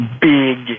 Big